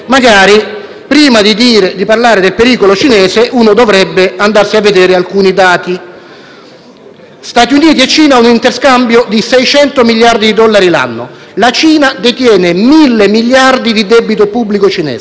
Stati Uniti e Cina hanno un interscambio di 600 miliardi di dollari l'anno; la Cina detiene mille miliardi di debito pubblico americano. La Cina è diventato il primo *partner* commerciale della Germania. Germania e Cina hanno